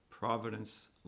providence